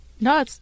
No